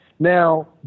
Now